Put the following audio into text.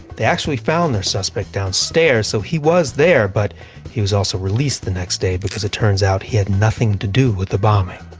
they actually found their suspect downstairs so he was there, but he was also released the next day, because it turns out he had nothing to do with the bombing.